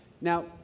Now